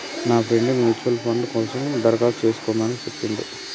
నా friend mutual fund కోసం దరఖాస్తు చేస్కోమని చెప్పిర్రు